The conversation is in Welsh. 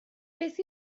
beth